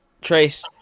Trace